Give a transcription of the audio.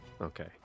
okay